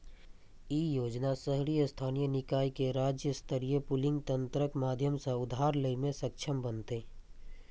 ई योजना शहरी स्थानीय निकाय कें राज्य स्तरीय पूलिंग तंत्रक माध्यम सं उधार लै मे सक्षम बनेतै